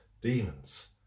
demons